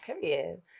Period